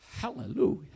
Hallelujah